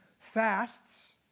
fasts